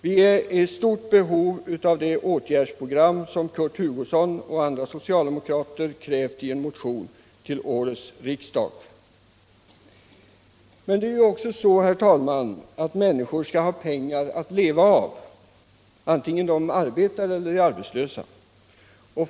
Vi är i stort behov av det åtgärdsprogram som Kurt Hugosson och andra socialdemokrater krävt i en motion till årets riksdag. Det är ju också så, herr talman, att människor skall ha pengar att leva av antingen de arbetar eller är arbetslösa.